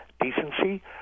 decency